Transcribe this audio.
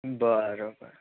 બરાબર